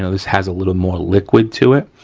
so this has a little more liquid to it.